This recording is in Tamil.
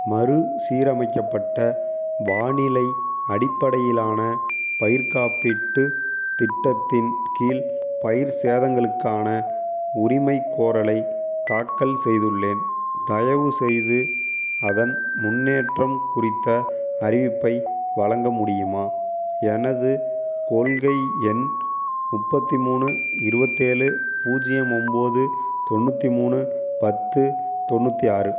மறுசீரமைக்கப்பட்ட வானிலை அடிப்படையிலான பயிர்க் காப்பீட்டு திட்டத்தின் கீழ் பயிர் சேதங்களுக்கான உரிமைகோரலை தாக்கல் செய்துள்ளேன் தயவுசெய்து அதன் முன்னேற்றம் குறித்த அறிவிப்பை வழங்க முடியுமா எனது கொள்கை எண் முப்பத்தி மூணு இருபத்தேழு பூஜ்யம் ஒன்பது தொண்ணூற்றி மூணு பத்து தொண்ணூற்றி ஆறு